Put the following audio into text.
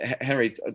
Henry